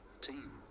team